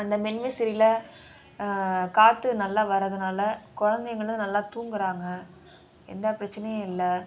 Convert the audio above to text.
அந்த மின்விசிறியில் காற்று நல்லா வர்றதுனால் குழந்தைங்களும் நல்லா தூங்கிறாங்க எந்த பிரச்சினையும் இல்லை